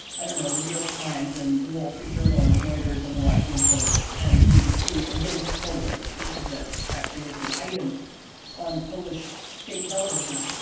i don't know the new york times and the wall street journal and reuters and the washington post and the bbc against poland. and this was it actually was an item on polish state television.